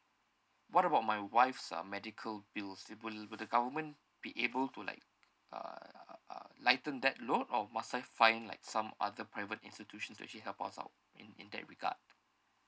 what about my wife's uh medical bills it will will the government be able to like uh uh lighten that load or must I find like some other private institutions to actually help us out in in that regard